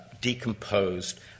decomposed